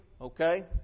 okay